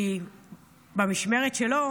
כי במשמרת שלו